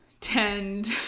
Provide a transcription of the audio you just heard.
tend